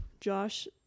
Josh